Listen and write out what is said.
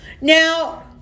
Now